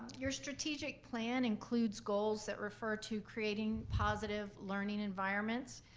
your strategic plan includes goals that refer to creating positive learning environments,